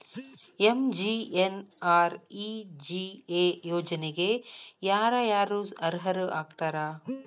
MGNREGA ಯೋಜನೆಗೆ ಯಾರ ಯಾರು ಅರ್ಹರು ಆಗ್ತಾರ?